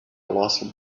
colossal